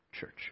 church